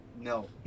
No